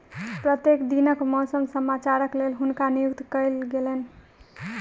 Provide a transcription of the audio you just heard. प्रत्येक दिनक मौसम समाचारक लेल हुनका नियुक्त कयल गेलैन